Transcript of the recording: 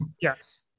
Yes